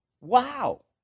Wow